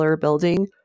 building